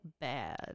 bad